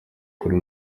kuri